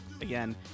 again